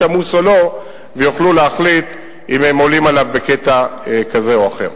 עמוס או לא והם יוכלו להחליט לעלות עליו בקטע כזה או אחר.